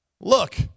Look